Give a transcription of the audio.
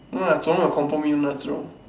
no lah Zhi-Rong will confirm win one Zhi-Rong